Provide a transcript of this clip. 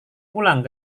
pulang